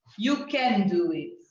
you can do it.